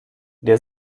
der